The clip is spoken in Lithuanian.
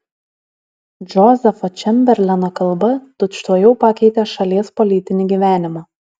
džozefo čemberleno kalba tučtuojau pakeitė šalies politinį gyvenimą